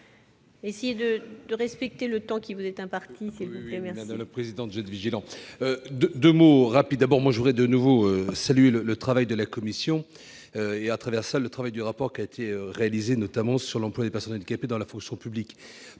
d'essayer de respecter le temps qui lui est imparti.